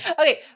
Okay